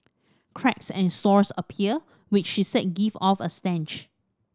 cracks and sores appear which she said give off a stench